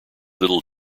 little